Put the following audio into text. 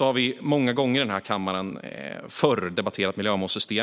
Vi har debatterat miljömålssystemet många gånger förr i den här kammaren,